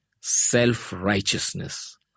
Self-righteousness